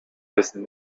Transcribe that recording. wissen